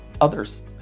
others